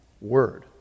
word